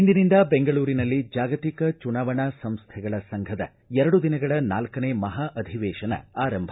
ಇಂದಿನಿಂದ ಬೆಂಗಳೂರಿನಲ್ಲಿ ಜಾಗತಿಕ ಚುನಾವಣಾ ಸಂಸ್ಥೆಗಳ ಸಂಘದ ಎರಡು ದಿನಗಳ ನಾಲ್ಕನೇ ಮಹಾ ಅಧಿವೇಶನ ಆರಂಭ